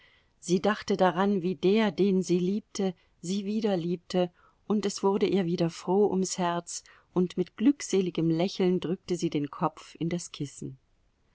sie dachte daran wie der den sie liebte sie wieder liebte und es wurde ihr wieder froh ums herz und mit glückseligem lächeln drückte sie den kopf in das kissen